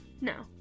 No